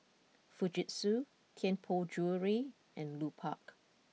Fujitsu Tianpo Jewellery and Lupark